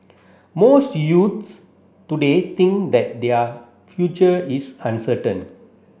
most youths today think that their future is uncertain